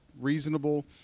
reasonable